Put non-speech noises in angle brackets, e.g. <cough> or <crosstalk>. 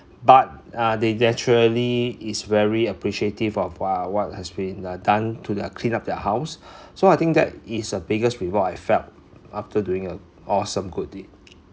but uh they naturally is very appreciative of what what has been done to their clean up their house <breath> so I think that is a biggest reward I felt after doing a awesome good deed